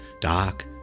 dark